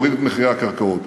תוריד את מחירי הקרקעות.